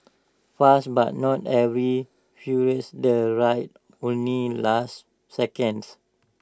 fast but not every furious the ride only lasted seconds